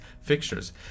fixtures